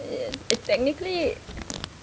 technically